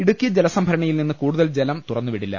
ഇടുക്കി ജലസംഭരണിയിൽനിന്ന് കൂടുതൽ ജലം തുറന്നുവി ടില്ല